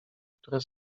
które